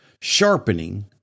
Sharpening